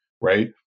Right